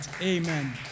Amen